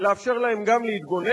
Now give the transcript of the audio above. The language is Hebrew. לאפשר להם גם להתגונן,